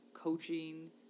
Coaching